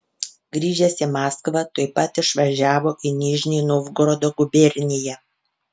grįžęs į maskvą tuoj pat išvažiavo į nižnij novgorodo guberniją